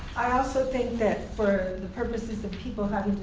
i also think that for the purposes of people having